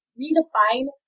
redefine